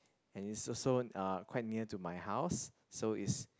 and it's also uh quite near to my house so it's